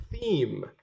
theme